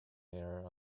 air